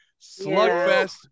slugfest